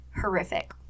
horrific